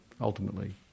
ultimately